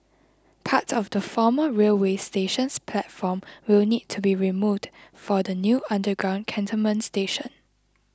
parts of the former railway station's platform will need to be removed for the new underground cantonment station